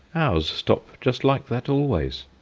ours stop just like that always.